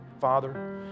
Father